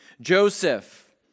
Joseph